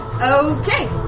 Okay